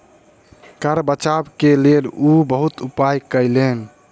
कर बचाव के लेल ओ बहुत उपाय कयलैन